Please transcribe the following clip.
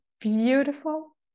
beautiful